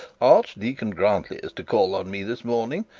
archdeacon grantly is to call on me this morning,